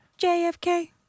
JFK